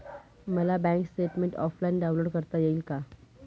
मला bank statement offline download करता येईल का?